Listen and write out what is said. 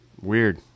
Weird